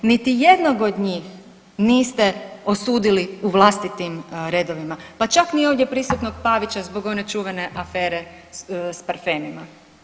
Niti jednog od njih niste osudili u vlastitim redovima pa čak ni ovdje prisutnog Pavića zbog one čuvene afere s parfemima.